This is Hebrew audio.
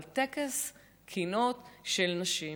אבל טקס קינות של נשים.